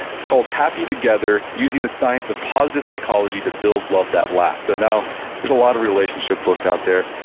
it's called happy together using the science of positive psychology to build love that lasts. so know there's a lot of relationship books out there,